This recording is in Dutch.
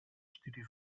studie